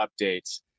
updates